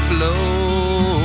Flow